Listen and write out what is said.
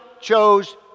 chose